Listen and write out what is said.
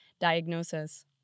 diagnosis